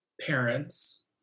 parents